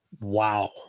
Wow